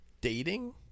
dating